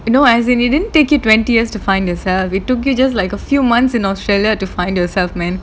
no as it didn't take you twenty years to find yourself it took you just like a few months in australia to find yourself man